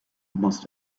must